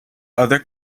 other